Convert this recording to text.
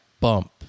bump